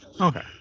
Okay